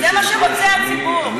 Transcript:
זה מה שרוצה הציבור.